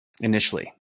initially